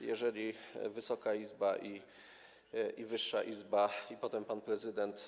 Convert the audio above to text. jeżeli Wysoka Izba i wyższa Izba, i potem pan prezydent.